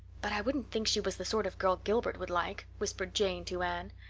but i shouldn't think she was the sort of girl gilbert would like, whispered jane to anne.